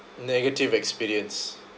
negative experience